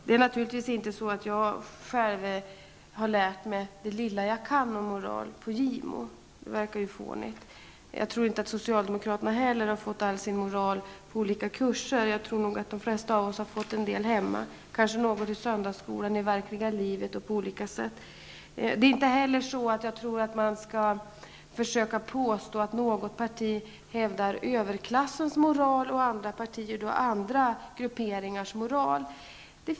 Det är naturligtvis inte så, att jag själv har lärt det lilla jag kan om moral på Gimo -- det verkar ju fånigt. Och jag tror inte att socialdemokraterna har tillägnat sig all sin moral på olika kurser, utan jag tror att de flesta av oss har lärt en del hemma eller kanske i söndagsskolan, i det verkliga livet eller på annat sätt. Det är inte heller så, att jag tror att man skall försöka påstå att något parti hävdar överklassens moral, medan andra partier hävdar andra grupperingars moral.